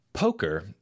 Poker